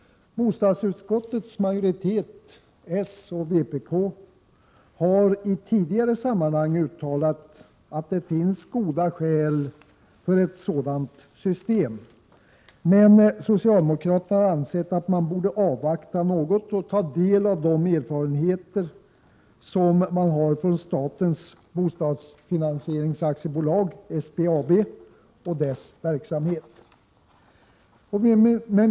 Bostadsutskottets majoritet — socialdemokrater och vpk — har i tidigare sammanhang uttalat att det finns goda skäl för ett sådant system, men socialdemokraterna har ansett att man bör avvakta något och ta del av erfarenheterna från Statens Bostadsfinansieringsaktiebolags, SBAB:s, verksamhet.